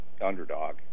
underdog